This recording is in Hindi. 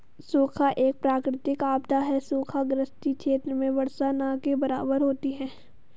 सूखा एक प्राकृतिक आपदा है सूखा ग्रसित क्षेत्र में वर्षा न के बराबर होती है